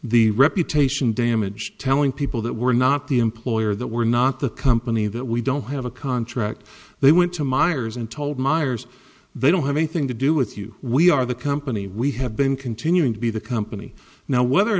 the reputation damage telling people that we're not the employer that we're not the company that we don't have a contract they went to myers and told myers they don't have anything to do with you we are the company we have been continuing to be the company now whether or